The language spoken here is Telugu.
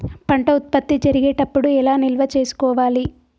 పంట ఉత్పత్తి జరిగేటప్పుడు ఎలా నిల్వ చేసుకోవాలి?